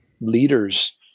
leaders